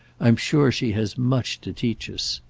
i'm sure she has much to teach us.